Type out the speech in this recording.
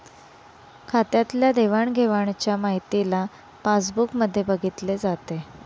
खात्यातल्या देवाणघेवाणच्या माहितीला पासबुक मध्ये बघितले जाते